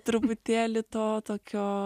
truputėlį to tokio